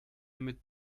mit